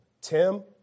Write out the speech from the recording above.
Tim